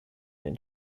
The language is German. den